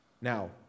Now